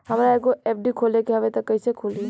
हमरा एगो एफ.डी खोले के हवे त कैसे खुली?